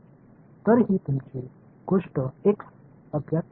तर ही तुमची गोष्ट x अज्ञात आहे